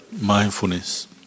mindfulness